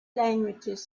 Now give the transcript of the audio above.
languages